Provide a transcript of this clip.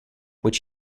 which